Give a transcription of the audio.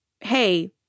hey